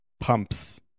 pumps